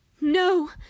No